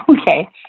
Okay